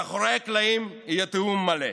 מאחורי הקלעים יהיה תיאום מלא.